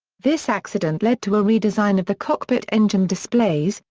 this accident led to a redesign of the cockpit engine displays,